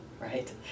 right